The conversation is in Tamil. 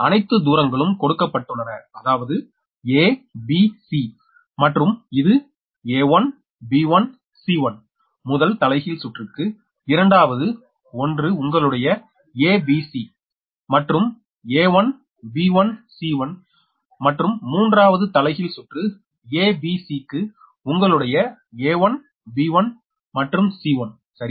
அனைத்து தூரங்களும் கொடுக்கப்பட்டுள்ளன அதாவது a b c மற்றும் இது a1 b1 c1 முதல் தலைகீழ் சுற்றிற்க்கு இரண்டாவது 1 உங்களுடைய a b c மற்றும் a1 b1 c1 மற்றும்மூன்றாவது தலைகீழ் சுற்று a b c க்கு உங்களுடைய a1 b1மற்றும் c1 சரி